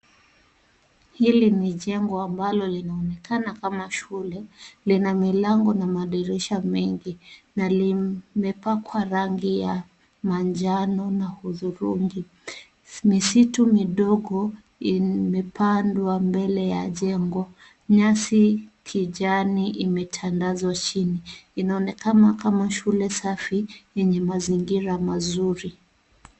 Hili ni jengo ambalo linaonekana kama shule lina milango na madirisha mengi, na limepakwa rangi ya manjano na hudhurungi. Misitu midogo imepandwa mbele ya jengo. Nyasi kijani imetandazwa chini. Inaonekana kama shule safi yenye mazingira mazuri.